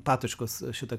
patočkos šitą